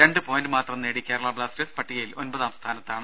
രണ്ട് പോയിന്റ് മാത്രം നേടി കേരള ബ്ലാസ്റ്റേഴ്സ് പട്ടികയിൽ ഒമ്പതാം സ്ഥാനത്താണ്